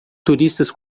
turistas